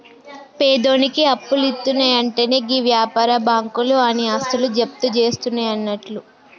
పేదోనికి అప్పులిత్తున్నయంటెనే గీ వ్యాపార బాకుంలు ఆని ఆస్తులు జప్తుజేస్తయన్నట్లు